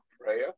prayer